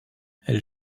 elle